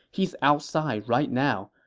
he's outside right now.